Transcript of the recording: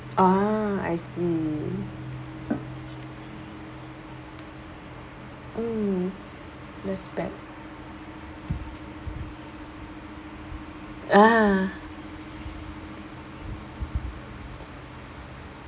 ah I see mm that's bad ah